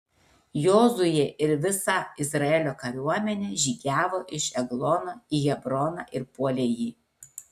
jozuė ir visa izraelio kariuomenė žygiavo iš eglono į hebroną ir puolė jį